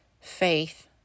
faith